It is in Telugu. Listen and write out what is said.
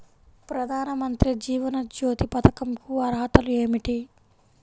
ప్రధాన మంత్రి జీవన జ్యోతి పథకంకు అర్హతలు ఏమిటి?